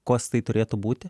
kos tai turėtų būti